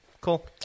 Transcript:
cool